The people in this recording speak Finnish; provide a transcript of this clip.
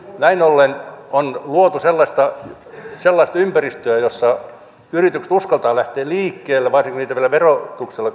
näin ollen on luotu sellaista sellaista ympäristöä jossa yritykset uskaltavat lähteä liikkeelle varsinkin kun niitä vielä verotuksella